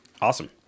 Awesome